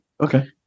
Okay